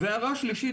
הערה שלישית,